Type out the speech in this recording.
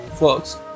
works